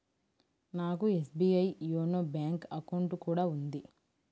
నాకు SBI YONO bank account కూడా ఉంది